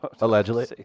allegedly